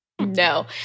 no